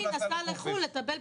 אם נוריד את ימי המחלה שמתכננים לקחת.